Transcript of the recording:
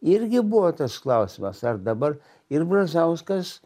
irgi buvo tas klausimas ar dabar ir brazauskas